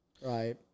right